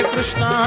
Krishna